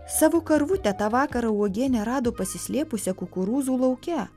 savo karvutę tą vakarą uogienę rado pasislėpusią kukurūzų lauke